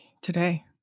today